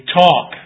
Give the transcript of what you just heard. talk